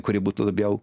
kurie būtų labiau